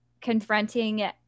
confronting